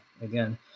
Again